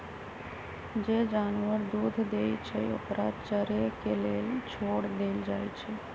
जे जानवर दूध देई छई ओकरा चरे के लेल छोर देल जाई छई